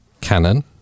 Canon